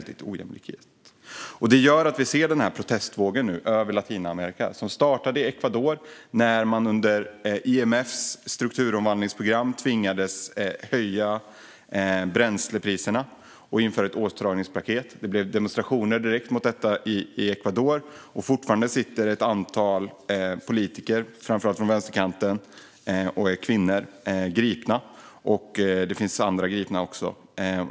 Det gör att vi nu ser denna protestvåg över Latinamerika. Den startade i Ecuador, när man under IMF:s strukturomvandlingsprogram tvingades höja bränslepriserna och införa ett åtstramningspaket. Det blev direkt demonstrationer mot detta i Ecuador. Fortfarande sitter ett antal politiker, framför allt kvinnor från vänsterkanten, gripna. Det finns också andra gripna.